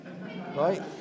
right